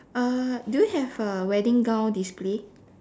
uh do you have a wedding gown display